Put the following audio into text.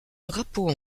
drapeaux